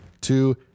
two